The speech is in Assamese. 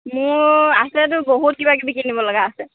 মোৰ আছেতো বহুত কিবাকিবি কিনিব লগা আছে